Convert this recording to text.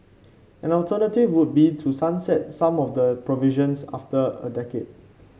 an alternative would be to sunset some of the provisions after a decade